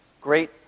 great